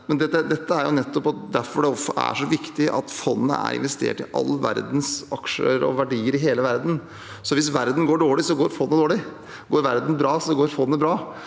nettopp derfor det er så viktig at fondet er investert i aksjer og verdier over hele verden. Hvis verden går dårlig, går fondet dårlig. Går verden bra, går fondet bra.